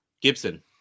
Gibson